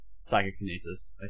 Psychokinesis